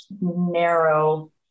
narrow